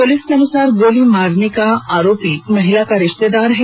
police के अनुसार गोली मारने का आरोपी महिला का रिश्तेदार है